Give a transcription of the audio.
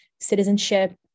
citizenship